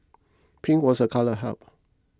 pink was a colour health